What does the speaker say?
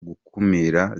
gukumira